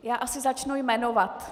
Já asi začnu jmenovat.